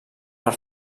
per